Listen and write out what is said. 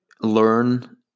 learn